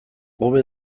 hobe